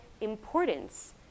importance